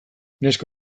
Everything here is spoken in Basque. neska